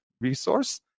resource